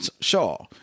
shaw